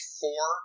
four